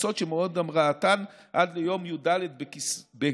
טיסות שמועד המראתן עד ליום י"ד בכסלו,